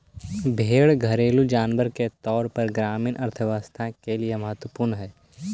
भेंड़ घरेलू जानवर के तौर पर ग्रामीण अर्थव्यवस्था के लिए महत्त्वपूर्ण हई